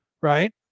right